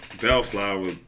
Bellflower